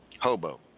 Hobo